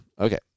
Okay